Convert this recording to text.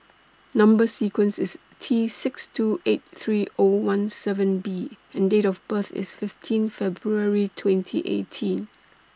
Number sequence IS T six two eight three O one seven B and Date of birth IS fifteen February twenty eighteen